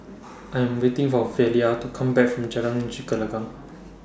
I Am waiting For Velia to Come Back from Jalan